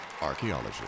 Archaeology